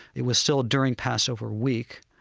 it was still during passover week,